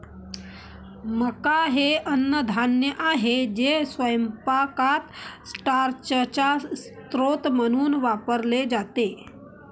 मका हे अन्नधान्य आहे जे स्वयंपाकात स्टार्चचा स्रोत म्हणून वापरले जाते